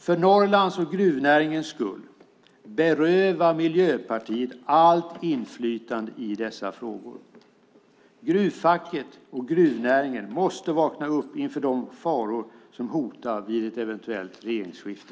För Norrlands och gruvnäringens skull: Beröva Miljöpartiet allt inflytande i dessa frågor. Gruvfacket och gruvnäringen måste vakna upp inför de faror som hotar vid ett eventuellt regeringsskifte.